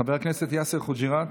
חבר הכנסת יאסר חוג'יראת,